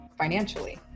financially